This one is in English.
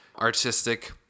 artistic